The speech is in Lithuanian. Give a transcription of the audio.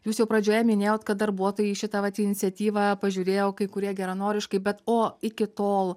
jūs jau pradžioje minėjot kad darbuotojai į šitą vat iniciatyvą pažiūrėjo kai kurie geranoriškai bet o iki tol